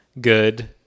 good